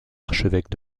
archevêque